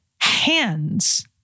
hands